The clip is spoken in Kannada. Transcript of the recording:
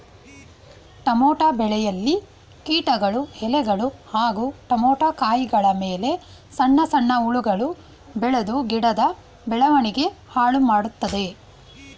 ಟಮೋಟ ಬೆಳೆಯಲ್ಲಿ ಕೀಟಗಳು ಎಲೆಗಳು ಹಾಗೂ ಟಮೋಟ ಕಾಯಿಗಳಮೇಲೆ ಸಣ್ಣ ಸಣ್ಣ ಹುಳಗಳು ಬೆಳ್ದು ಗಿಡದ ಬೆಳವಣಿಗೆ ಹಾಳುಮಾಡ್ತದೆ